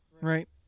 right